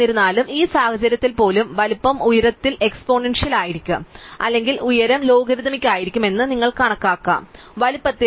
എന്നിരുന്നാലും ഈ സാഹചര്യത്തിൽ പോലും വലുപ്പം ഉയരത്തിൽ എക്സ്പോണൻഷ്യൽ ആയിരിക്കും അല്ലെങ്കിൽ ഉയരം ലോഗരിത്തമിക് ആയിരിക്കും എന്ന് നിങ്ങൾക്ക് കണക്കാക്കാം വലുപ്പത്തിൽ